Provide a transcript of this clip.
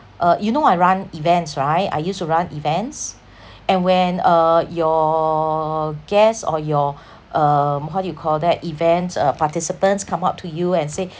uh you know I run events right I used to run events and when uh your guests or your um how do you call that events uh participants come up to you and say